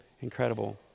incredible